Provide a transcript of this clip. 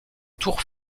tour